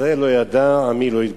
ישראל לא ידע, עמי לא יתבונן.